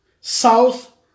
south